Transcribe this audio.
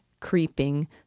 creeping